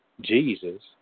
Jesus